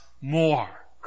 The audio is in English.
more